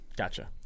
Gotcha